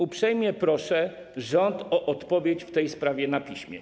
Uprzejmie proszę rząd o odpowiedź w tej sprawie na piśmie.